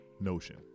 notion